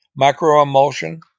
microemulsion